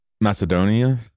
Macedonia